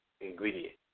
ingredient